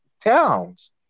Towns